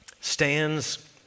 stands